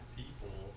people